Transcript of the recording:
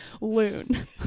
Loon